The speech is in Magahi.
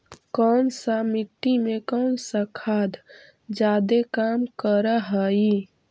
कौन सा मिट्टी मे कौन सा खाद खाद जादे काम कर हाइय?